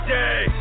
day